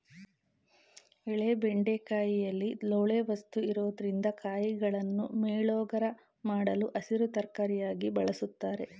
ಎಳೆ ಬೆಂಡೆಕಾಯಿಲಿ ಲೋಳೆ ವಸ್ತು ಇರೊದ್ರಿಂದ ಕಾಯಿಗಳನ್ನು ಮೇಲೋಗರ ಮಾಡಲು ಹಸಿರು ತರಕಾರಿಯಾಗಿ ಬಳುಸ್ತಾರೆ